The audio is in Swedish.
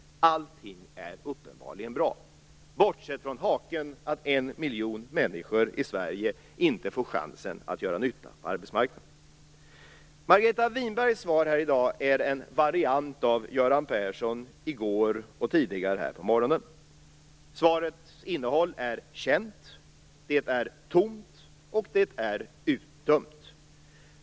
Allting är uppenbarligen bra, bortsett från haken att 1 miljon människor i Sverige inte få chansen att göra nytta på arbetsmarknaden. Margareta Winbergs svar här i dag är en variant av Göran Persson i går och tidigare här på morgonen. Svarets innehåll är känt. Det är tomt, och det är utdömt.